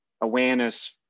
awareness